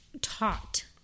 taught